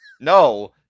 no